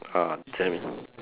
ah damn it